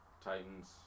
Titans